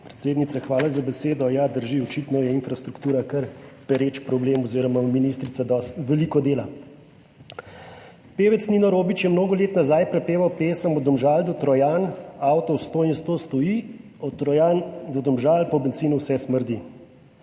Predsednica, hvala za besedo. Drži. Očitno je infrastruktura kar pereč problem oziroma ima ministrica veliko dela. Pevec Nino Robić je mnogo let nazaj prepeval pesem: »Od Domžal do Trojan avtov sto in sto stoji, od Trojan do Domžal po bencinu vse smrdi.«